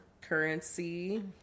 currency